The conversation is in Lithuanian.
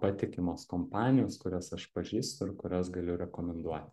patikimos kompanijos kurias aš pažįstu ir kurias galiu rekomenduoti